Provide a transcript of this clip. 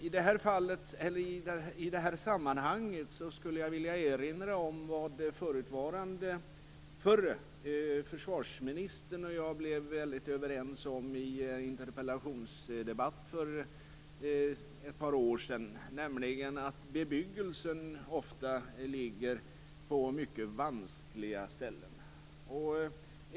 I det här sammanhanget skulle jag vilja erinra om vad förre försvarsministern och jag kom helt överens om i en interpellationsdebatt för ett par år sedan, nämligen att bebyggelsen ofta ligger på mycket vanskliga ställen.